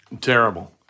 Terrible